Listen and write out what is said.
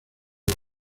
los